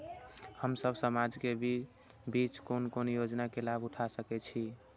हम सब समाज के बीच कोन कोन योजना के लाभ उठा सके छी?